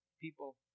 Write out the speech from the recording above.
people